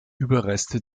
überreste